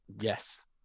Yes